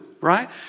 right